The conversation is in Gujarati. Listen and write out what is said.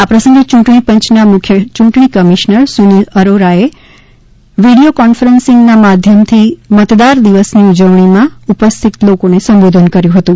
આ પ્રસંગે યૂંટણીપંચના મુખ્ય યૂંટણી કમિશ્નર સુનિલ અરોરાએ વિડીયો કોન્ફરનસીંગ માધ્યમથી મતદાર દિવસની ઊજવણીમાં ઉપસ્થિત લોકોને સંબોધન કર્યું હતું